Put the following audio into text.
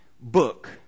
book